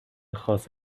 خاص